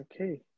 okay